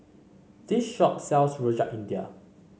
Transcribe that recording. this shop sells Rojak India